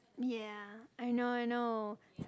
ya I know I know